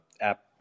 app